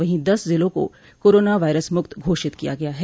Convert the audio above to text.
वहीं दस जिलों को कोरोना वायरस मुक्त घोषित किया गया है